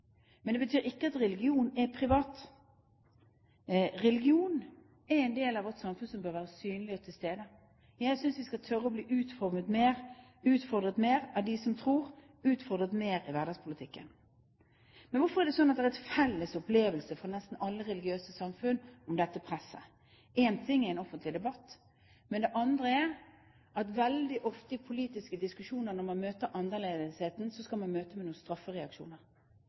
Men det betyr ikke at religion er privat. Religion er en del av vårt samfunn som bør være synlig og til stede. Jeg synes vi skal tørre å bli utfordret mer av dem som tror, utfordret mer i hverdagspolitikken. Men hvorfor er det sånn at det er en felles opplevelse fra nesten alle religiøse samfunn om dette presset? En ting er en offentlig debatt, men det andre er at veldig ofte i politiske diskusjoner, når man møter annerledesheten, skal man møte den med straffereaksjoner.